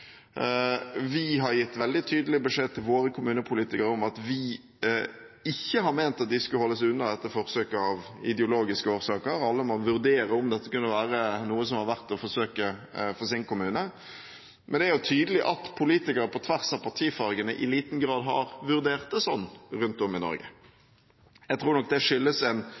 Vi har gitt veldig tydelig beskjed til våre kommunepolitikere om at vi ikke har ment at de skulle holdes unna dette forsøket av ideologiske årsaker. Alle må vurdere om dette kunne være noe som er verdt å forsøke for sin kommune. Men det er jo tydelig at politikere på tvers av partifargene i liten grad har vurdert det sånn rundt om i Norge. Jeg tror nok det skyldes